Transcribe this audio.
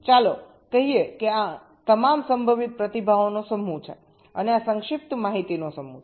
ચાલો કહીએ કે આ તમામ સંભવિત પ્રતિભાવોનો સમૂહ છે અને આ સંક્ષિપ્ત માહિતીનો સમૂહ છે